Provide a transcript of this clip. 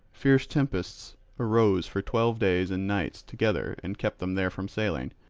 fierce tempests arose for twelve days and nights together and kept them there from sailing.